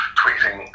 tweeting